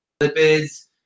lipids